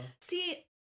See